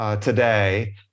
today